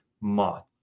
moth